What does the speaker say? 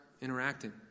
interacting